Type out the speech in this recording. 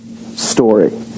story